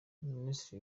minisiteri